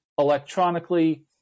electronically